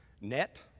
Net